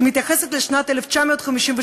שמתייחסת לשנת 1953,